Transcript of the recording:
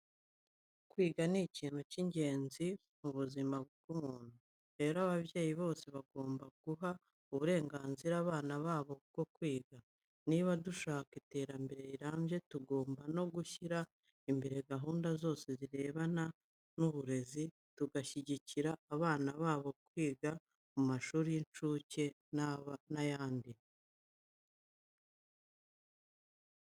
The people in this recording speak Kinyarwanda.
Kwiga ni ikintu cy'ingenzi mu buzima bw'umuntu. Rero ababyeyi bose bagomba guha uburenganzira abana babo bwo kwiga. Niba dushaka iterambere rirambye tugomba no gushyira imbere gahunda zose zirebana n'uburezi. Tugashyigikira abana baba abiga mu mashuri y'incuke, abanza n'ayandi.